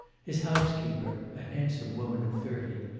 his housekeeper, a handsome woman of thirty,